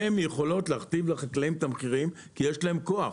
הן יכולות להכתיב את המחירים כי יש להן כוח.